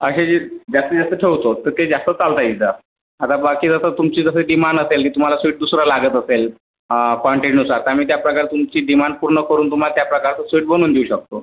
अशे जे जास्तीत जास्त ठेवतो तर ते जास्त चालतं इथं त्यात आता बाकी तर तुमची जशी डिमांड असेल की तुम्हाला स्वीट दुसरा लागत असेल क्वान्टीनुसार तर त्या प्रकारे तुमची डिमांड पूर्ण करून तुम्हाला त्या प्रकारचं स्वीट बनऊन देऊ शकतो